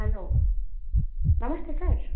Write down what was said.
हलो नमस्ते सर